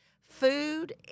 food